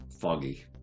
foggy